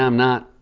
um not.